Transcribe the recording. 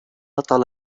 هطل